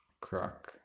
crack